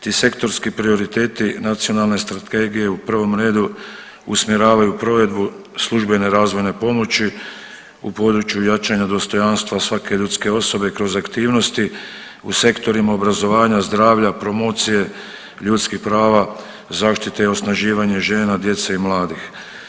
Ti sektorski prioriteti nacionalne strategije u prvom redu usmjeravaju provedbu službene razvojne pomoći u području jačanja dostojanstva svake ljudske osobe kroz aktivnosti u sektorima obrazovanja, zdravlja, promocije ljudskih prava, zaštite i osnaživanje žena, djece i mladih.